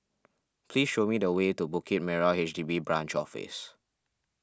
please show me the way to Bukit Merah H D B Branch Office